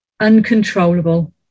uncontrollable